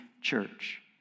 church